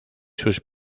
sus